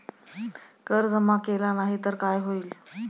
कर जमा केला नाही तर काय होईल?